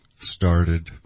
started